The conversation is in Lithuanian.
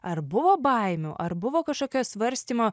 ar buvo baimių ar buvo kažkokio svarstymo